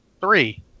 three